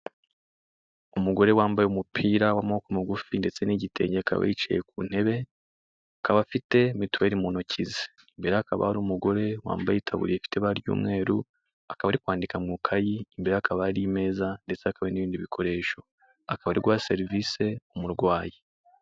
Umugore wambaye umupira w'amaboko mugufi ndetse n'igitenge akaba yicaye ku ntebe, akaba afite mituweri mu ntoki ze. Imbere hakaba hari umugore wambaye itabuye ifite iba ry'umweru akaba ari kwandika mu ikayi, imbere hakaba hari imeza ndetse hakaba n'ibindi bikoresho, akaba ari guha serivisi umurwayi.